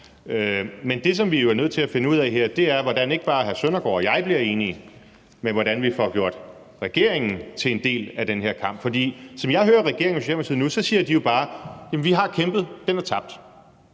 Men det, som vi jo er nødt til at finde ud af her, er ikke bare, hvordan hr. Søren Søndergaard og jeg bliver enige, men hvordan vi får gjort regeringen til en del af den her kamp. For som jeg hører regeringen og Socialdemokratiet nu, siger de jo bare: